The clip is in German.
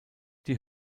die